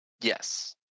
Yes